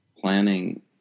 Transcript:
planning